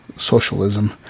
socialism